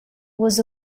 was